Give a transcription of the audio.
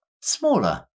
smaller